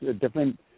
different